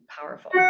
powerful